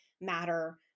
matter